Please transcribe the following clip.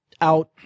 out